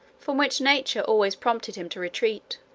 from which nature always prompted him to retreat.